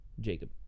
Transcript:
Jacob